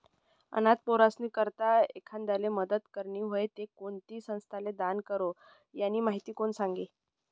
अनाथ पोरीस्नी करता एखांदाले मदत करनी व्हयी ते कोणती संस्थाले दान करो, यानी माहिती कोण सांगी